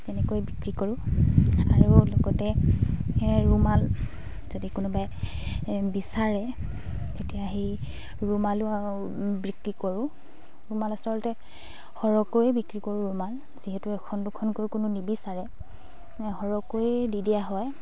তেনেকৈ বিক্ৰী কৰোঁ আৰু লগতে ৰুমাল যদি কোনোবাই বিচাৰে তেতিয়া সেই ৰুমালো বিক্ৰী কৰোঁ ৰুমাল আচলতে সৰহকৈ বিক্ৰী কৰোঁ ৰুমাল যিহেতু এখন দুখনকৈ কোনেও নিবিচাৰে সৰহকৈ দি দিয়া হয়